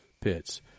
Pits